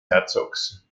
herzogs